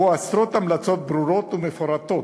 ובו עשרות המלצות ברורות ומפורטות,